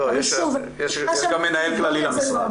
יש גם מנהל כללי למשרד.